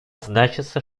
значится